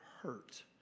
hurt